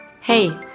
Hey